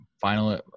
final